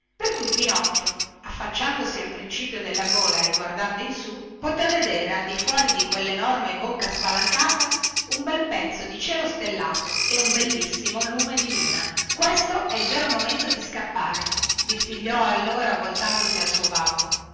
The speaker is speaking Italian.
per cui pinocchio affacciandosi al principio della gola e guardando in su poté vedere al di fuori di quellenorme bocca spalancata un bel pezzo di cielo stellato e un bellissimo lume di luna questo è il vero momento di scappare bisbigliò allora voltandosi al suo babbo